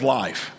life